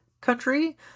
country